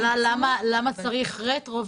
למה צריך רטרו,